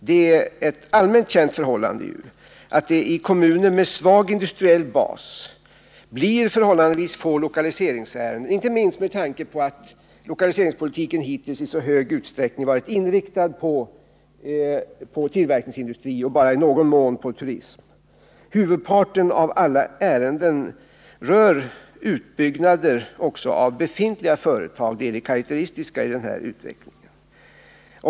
Det är ett allmänt förhållande att det i kommuner med svag industriell bas blir förhållandevis få lokaliseringsärenden, inte minst med tanke på att lokaliseringspolitiken hittills i så hög utsträckning varit inriktad på tillverkningsindustri och bara i någon mån på turism. Huvudparten av alla ärenden rör utbyggnader av befintliga företag — det är det karakteristiska i utvecklingen.